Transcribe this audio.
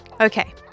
Okay